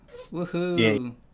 Woohoo